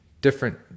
different